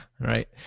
right